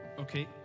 Okay